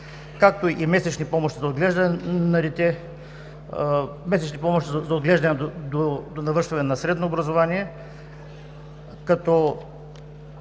както и месечни помощи за отглеждане на дете, месечни помощи за отглеждане до завършване на средно образование, като